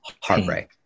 heartbreak